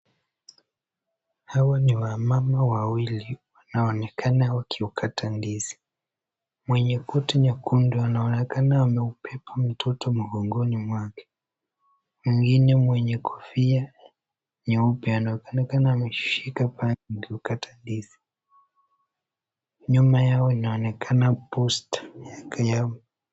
Hawa ni wamama wawili wanaoonekana wakiukata ndizi. Mwenye koti nyekundu anaonekana ameubeba mtoto mgongoni mwake. Mwingine mwenye kofia nyeupe anaonekana ameshika panga ndio ukata ndizi. Nyuma yao inaonekana posta miaka ya